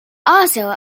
also